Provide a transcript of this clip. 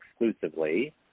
exclusively